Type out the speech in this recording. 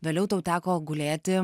vėliau tau teko gulėti